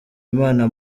imana